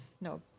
No